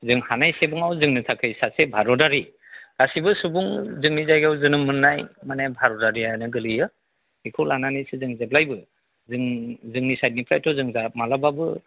जों हानायसेबाङाव जोङो सासे भारतआरि गासिबो सुबुं जोंनि जायगायाव जोनोम मोननाय माने भारताआरिआनो गोलैयो बेखौ लानानैसो जों जेब्लायबो जोंनि सायदनिफ्रायथ' जों दा मालाबाबो